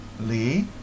Lee